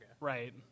right